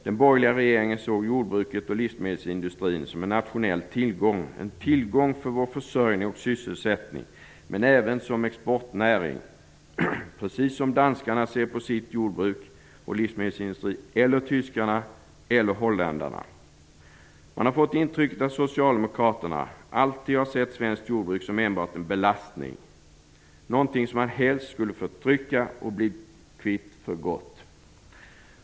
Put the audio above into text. Den borgerliga regeringen såg jordbruket och livsmedelsindustrin som en nationell tillgång, en tillgång för vår försörjning och sysselsättning, men även som en exportnäring, precis som danskarna ser på sitt jordbruk och sin livsmedelsindustri - eller tyskarna, eller holländarna. Man har fått intrycket att socialdemokraterna alltid har sett svenskt jordbruk som enbart en belastning, någonting som man helst skulle förtrycka och bli kvitt för gott.